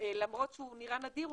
למרות שהוא נראה נדיר,